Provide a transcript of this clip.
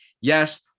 yes